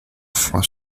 for